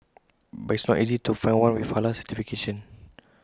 but IT is not easy to find one with Halal certification